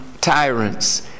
tyrants